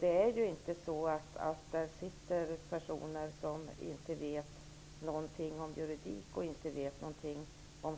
Det är inte så att det sitter personer i kommittén som inte vet någonting om juridik eller någonting om